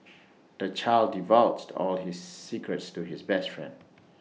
the child divulged all his secrets to his best friend